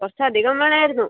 കുറച്ച് അധികം വേണമായിരുന്നു